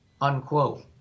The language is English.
unquote